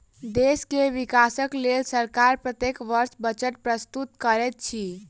देश के विकासक लेल सरकार प्रत्येक वर्ष बजट प्रस्तुत करैत अछि